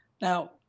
Now